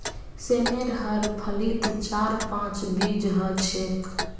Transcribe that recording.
सेमेर हर फलीत चार पांच बीज ह छेक